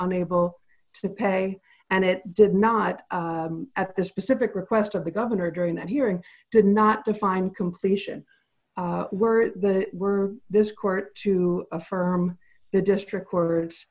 unable to pay and it did not at the specific request of the governor during that hearing did not define completion were the were this court to affirm the district or